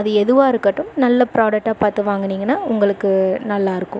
அது எதுவாக இருக்கட்டும் நல்ல ஃப்ராடக்ட்டாக பார்த்து வாங்குனிங்கன்னால் உங்களுக்கு நல்லா இருக்கும்